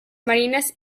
marines